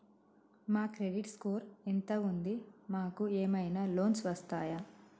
మా credit score ఎంత ఉంది? మాకు ఏమైనా లోన్స్ వస్తయా?